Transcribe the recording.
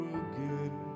again